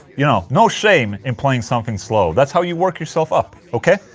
you know no shame in playing something slowk, that's how you work yourself up ok,